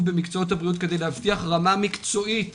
במקצועות הבריאות כדי להבטיח רמה מקצועית